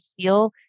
feel